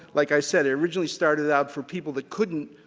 like i said, i originally started out for people that couldn't,